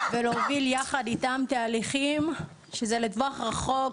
ולהוביל יחד איתם תהליכים לטווח רחוק.